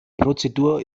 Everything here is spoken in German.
prozedur